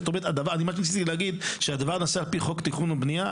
אני מעדיף להגיד שהדבר נעשה פי חוק התכנון והבנייה,